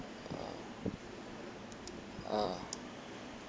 uh uh